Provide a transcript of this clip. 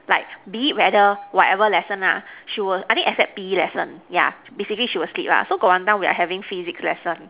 like be whether whatever lesson lah she will I think except P_E lesson yeah basically she will sleep lah so got one time we were having Physics lesson